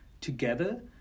together